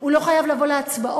הוא לא חייב לבוא להצבעות.